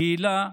הקהילה,